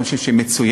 אני חושב שהיא מצוינת,